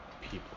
people